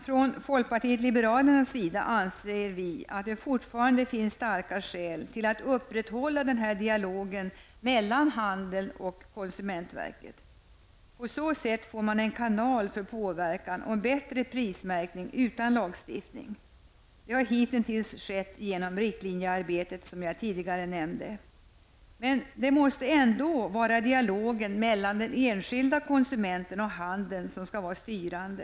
Från folkpartiet liberalernas sida anser vi att det fortfarande finns starka skäl till att upprätthålla den här dialogen mellan handeln och konsumentverket. På så sätt får man en kanal för påverkan om bättre prismärkning utan lagstiftning. Det har hitintills skett genom det riktlinjearbete som jag tidigare nämnde. Men det måste ändå vara dialogen mellan den enskilde konsumenten och handeln som skall vara styrande.